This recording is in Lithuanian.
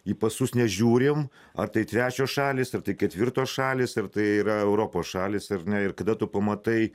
į pasus nežiūrim ar tai trečios šalys ar tai ketvirtos šalys ar tai yra europos šalys ar ne ir kada tu pamatai